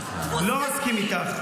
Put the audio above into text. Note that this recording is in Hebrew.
לא מסכים איתך.